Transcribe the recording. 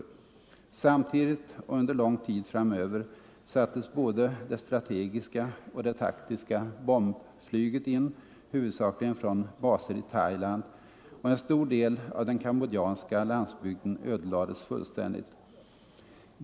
Samtidigt 27 november 1974 och under lång tid framöver sattes både det strategiska och taktiska bombflyget in, huvudsakligen från baser i Thailand, och en stor del av den = Diplomatiska kambodjanska landsbygden ödelades fullständigt.